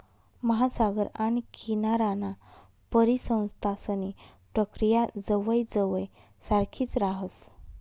महासागर आणि किनाराना परिसंस्थांसनी प्रक्रिया जवयजवय सारखीच राहस